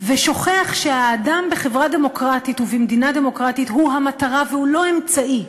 ושוכח שהאדם בחברה דמוקרטית ובמדינה דמוקרטית הוא המטרה והוא לא אמצעי,